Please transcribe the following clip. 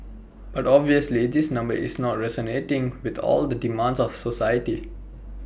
but obviously this number is not resonating with all the demands of society